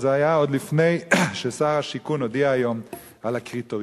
זה עוד היה עוד לפני ששר השיכון הודיע היום על הקריטריונים.